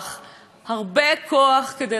לעשות איפה ואיפה,